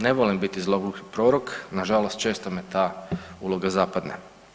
Ne volim biti zloguki prorok, nažalost često me ta uloga zapadne.